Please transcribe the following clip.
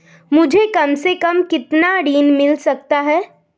मुझे कम से कम कितना ऋण मिल सकता है?